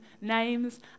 names